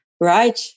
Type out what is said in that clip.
Right